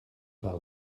par